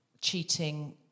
cheating